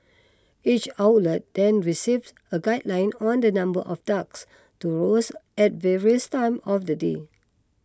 each outlet then receives a guideline on the number of ducks to roast at various times of the day